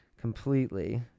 completely